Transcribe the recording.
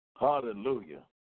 Hallelujah